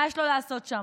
מה יש לו לעשות שם,